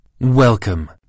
Welcome